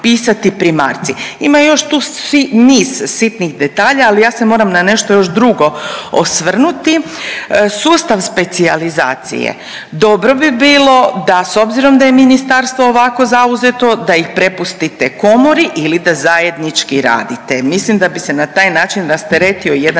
Ima još tu si niz sitnih detalja, ali ja se moram na nešto još drugo osvrnuti. Sustav specijalizacije, dobro bi bilo da s obzirom da je Ministarstvo ovako zauzeto, da ih prepustite komori ili da zajednički radite. Mislim da bi se na taj način rasteretio jedan